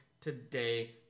today